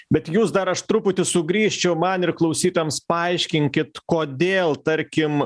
bet jūs dar aš truputį sugrįžčiau man ir klausytojams paaiškinkit kodėl tarkim